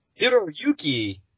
Hiroyuki